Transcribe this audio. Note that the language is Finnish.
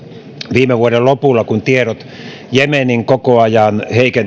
viime vuoden lopulla kun tiedot jemenin koko ajan